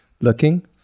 looking